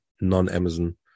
non-Amazon